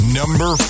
number